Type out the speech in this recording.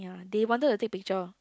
they wanted to take picture